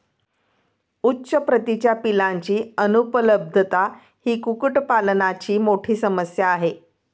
उच्च प्रतीच्या पिलांची अनुपलब्धता ही कुक्कुटपालनाची मोठी समस्या आहे